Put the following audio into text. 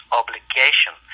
obligation